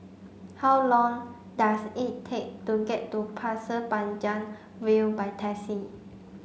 how long does it take to get to Pasir Panjang View by taxi